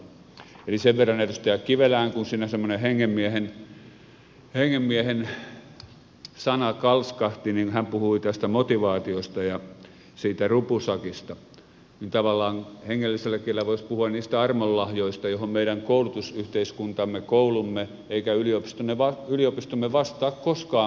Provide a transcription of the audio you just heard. eli sen verran edustaja kivelään kun siinä semmoinen hengenmiehen sana kalskahti kun hän puhui tästä motivaatiosta ja siitä rupusakista että tavallaan hengellisellä kielellä voisi puhua niistä armolahjoista joihin ei meidän koulutusyhteiskuntamme koulumme eikä yliopistomme vastaa koskaan mitenkään